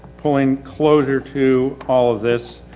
pulling closure to all of this.